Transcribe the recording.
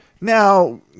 Now